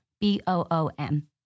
B-O-O-M